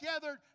gathered